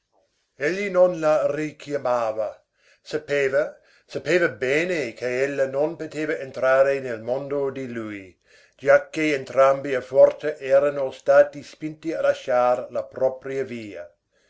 egli non la richiamava sapeva sapeva bene che ella non poteva entrare nel mondo di lui giacché entrambi a forza erano stati spinti a lasciar la propria via